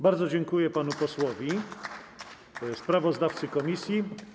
Bardzo dziękuję panu posłowi sprawozdawcy komisji.